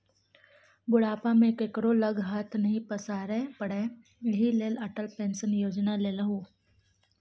बुढ़ापा मे केकरो लग हाथ नहि पसारै पड़य एहि लेल अटल पेंशन योजना लेलहु